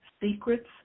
Secrets